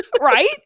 Right